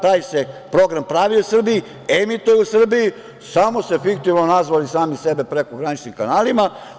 Taj se program pravi u Srbiji, emituje u Srbiji, samo su fiktivno nazvali sebe prekograničnim kanalima.